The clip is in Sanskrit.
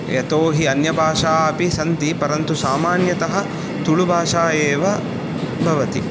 यतो हि अन्यभाषा अपि सन्ति परन्तु सामान्यतः तुलुभाषा एव भवति